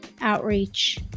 outreach